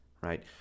right